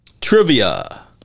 Trivia